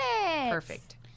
Perfect